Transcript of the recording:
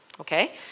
Okay